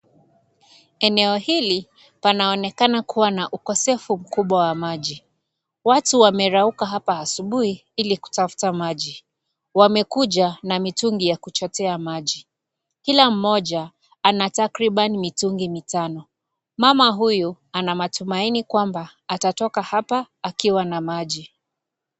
Eneo hili panaonekana kuwa na ukosefu mkubwa wa maji. Watu wamerauka hapa asubuhi ili kutafuta maji. Wamekuja na mitungi ya kuchotea maji. Kila mmoja ana takriban mitungi mitano. Mama huyu ana matumaini kwamba atatoka hapa akiwa na maji.